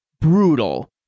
brutal